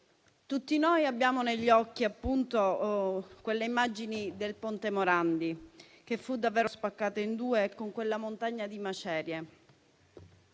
tutti noi abbiamo negli occhi le immagini del Ponte Morandi, che fu spaccato in due, e la montagna di macerie